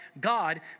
God